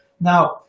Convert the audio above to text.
Now